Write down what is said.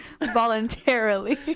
voluntarily